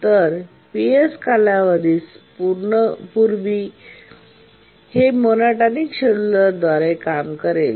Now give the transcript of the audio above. तर पीएस कालावधी पूर्वी हे मोनोटॉनिक शेड्यूलरद्वारे काम करेल